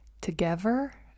together